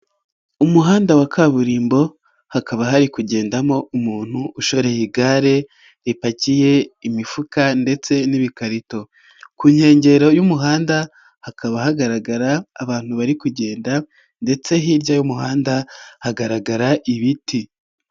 Umuhanda wa kaburimbo hakaba hari kugendamo umuntu ushoreye igare ripakiye imifuka ndetse n'ibikarito, ku nkengero y'umuhanda hakaba hagaragara abantu bari kugenda ndetse hirya y'umuhanda hagaragara ibiti.